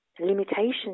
limitations